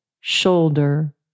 Shoulder